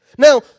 Now